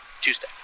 Tuesday